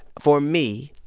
for me,